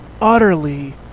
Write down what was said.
utterly